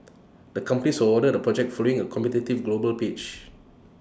the companies were awarded the project following A competitive global pitch